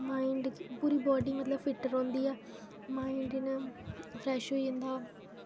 mind पूरी body मत्लब fit रौह्न्दी ऐ माइंड इ'यां फ्रेश होई जन्दा